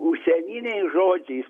užsieniniais žodžiais